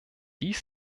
dies